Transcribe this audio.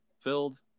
filled